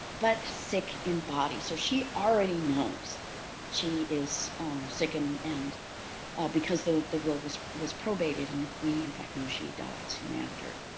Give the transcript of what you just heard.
but sick in body. so, she already knows she is sickened and because the the will was was probated, and we in fact know she died soon after.